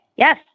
Yes